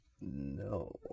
No